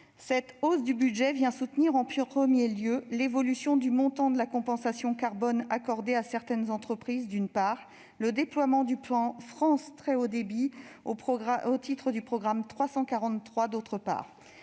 Cette hausse est liée à l'évolution du montant de la compensation carbone accordée à certaines entreprises, d'une part, et au déploiement du plan France Très haut débit au titre du programme 343, d'autre part.